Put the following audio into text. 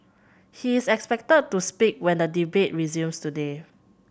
he is expected to speak when the debate resumes today